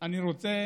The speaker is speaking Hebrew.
אני רוצה